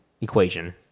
equation